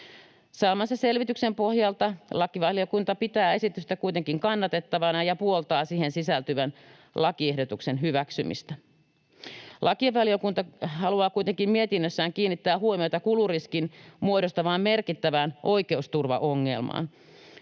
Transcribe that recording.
Saamansa selvityksen pohjalta lakivaliokunta pitää esitystä kuitenkin kannatettavana ja puoltaa siihen sisältyvän lakiehdotuksen hyväksymistä. Lakivaliokunta haluaa kuitenkin mietinnössään kiinnittää huomiota kuluriskin muodostamaan merkittävään oikeusturvaongelmaan.